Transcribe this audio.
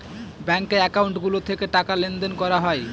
ব্যাঙ্কে একাউন্ট গুলো থেকে টাকা লেনদেন করা হয়